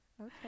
Okay